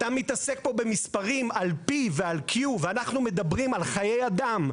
אתה מתעסק פה במספרים על P ועל Q ואנחנו מדברים על חיי אדם.